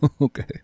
Okay